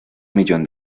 millón